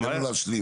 תן לו להשלים.